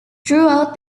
throughout